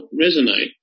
resonate